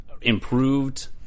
improved